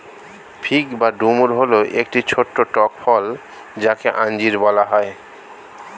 fig বা ডুমুর হল একটি ছোট্ট টক ফল যাকে আঞ্জির বলা হয়